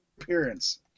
appearance